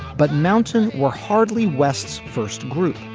but mountain were hardly west's first group.